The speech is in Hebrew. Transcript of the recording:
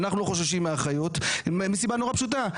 אנחנו לא חוששים מאחריות מסיבה נורא פשוטה,